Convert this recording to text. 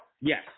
Yes